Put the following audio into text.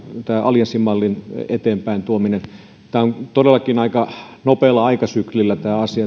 allianssimallin eteenpäin tuomisesta tämä asia on todellakin aika nopealla aikasyklillä